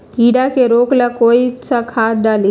कीड़ा के रोक ला कौन सा खाद्य डाली?